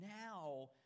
now